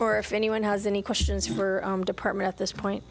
or if anyone has any questions for department at this point